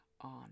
on